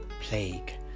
plague